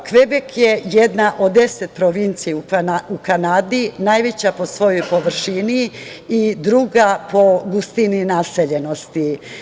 Kvebek je jedna od deset provincija u Kanadi, najveća po svojoj površini i druga po gustini naseljenosti.